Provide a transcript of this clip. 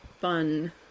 fun